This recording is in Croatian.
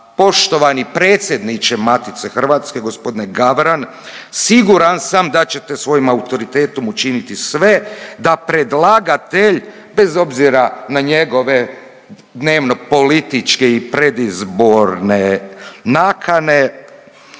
poštovani predsjedniče Matice hrvatske g. Gavran siguran sam da ćete svojim autoritetom učiniti sve da predlagatelj bez obzira na njegove dnevno političke i predizborne naknade